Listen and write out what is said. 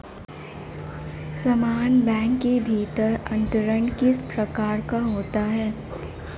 समान बैंक के भीतर अंतरण किस प्रकार का होता है?